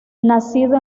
nacido